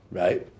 right